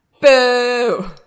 Boo